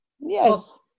yes